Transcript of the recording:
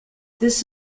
this